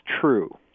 true